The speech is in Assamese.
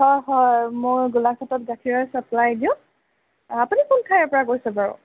হয় হয় মই গোলাঘাটত গাখীৰৰ ছাপ্লাই দিওঁ অঁ আপুনি কোন ঠাইৰ পৰা কৈছে বাৰু